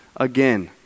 again